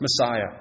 Messiah